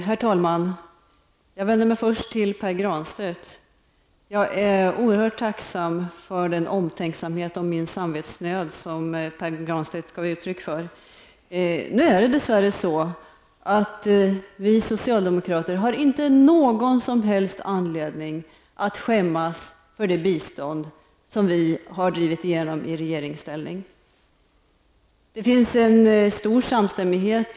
Herr talman! Jag vänder mig först till Pär Granstedt. Jag är oerhört tacksam för den omtänksamhet om min samvetsnöd som Pär Granstedt gav uttryck för. Vi socialdemokrater har inte någon som helst anledning att skämmas för det bistånd som vi har drivit igenom i regeringsställning. Det finns en stor samstämmighet.